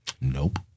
Nope